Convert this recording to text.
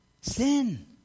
sin